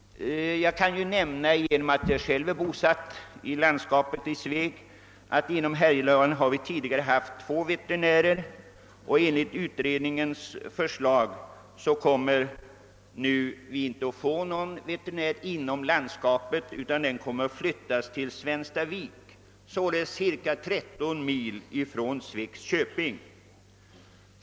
Jag kan nämna — genom att jag själv är bosatt i landskapet, i Sveg — att inom Härjedalen har tidigare funnits två veterinärer. Enligt utredningens förslag kommer det inte att finnas någon veterinär inom landskapet utan närmaste veterinär skulle finnas i Svenstavik, således ca 13 mil från Svegs köping.